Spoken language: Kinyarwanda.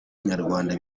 nyarwanda